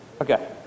Okay